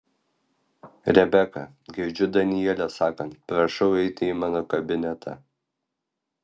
rebeka girdžiu danielę sakant prašau eiti į mano kabinetą